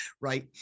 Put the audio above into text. right